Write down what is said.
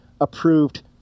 approved